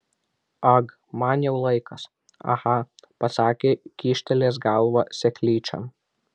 ag man jau laikas aha pasakė kyštelėjęs galvą seklyčion